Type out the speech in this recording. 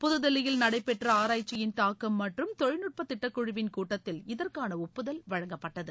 புதுதில்லியில் நடைபெற்ற ஆராய்ச்சியின் தாக்கம் மற்றும் தொழில்நுட்பத் திட்டக் குழுவின் கூட்டத்தில் இதற்கான ஒப்புதல் வழங்கப்பட்டது